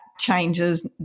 changes